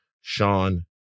Sean